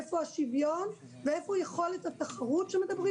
איפה השוויון ואיפה יכולת התחרות שמדברים